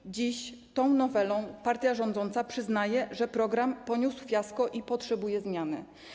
I dziś tą nowelą partia rządząca przyznaje, że program poniósł fiasko i potrzebuje zmiany.